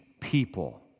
people